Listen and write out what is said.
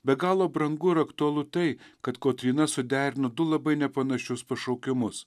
be galo brangu ir aktualu tai kad kotryna suderino du labai nepanašius pašaukimus